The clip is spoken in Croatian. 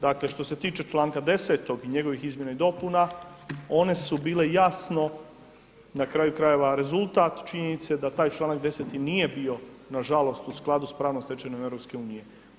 Dakle što se tiče članka 10. i njegovih izmjena i dopuna, one su bile jasno na kraju krajeva rezultat činjenice da taj članak 10. nije bio nažalost u skladu sa pravnom stečevinom EU-a.